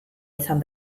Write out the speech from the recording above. izan